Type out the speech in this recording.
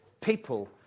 people